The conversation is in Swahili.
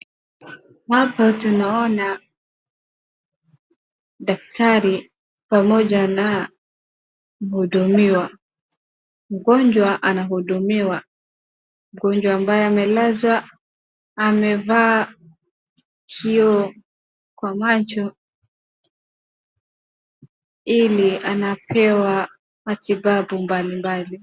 Hapa tunaona, daktari pamoja na mhudumiwa .Mgonjwa anahudumiwa , mgonjwa ambaye amelazwa amevaa kioo kwa macho ili anapewa matibabu mbalimbali.